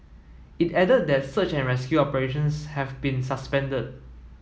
it added that search and rescue operations have been suspended